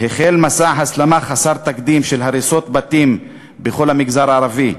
החל מסע הסלמה חסר תקדים של הריסות בתים בכל המגזר הערבי,